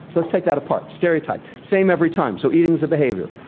let's take that apart, stereotype, same every time. so, eating is a behavior.